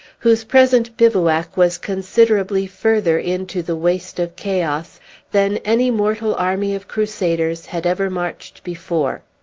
whose present bivouac was considerably further into the waste of chaos than any mortal army of crusaders had ever marched before.